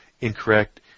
incorrect